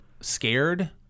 scared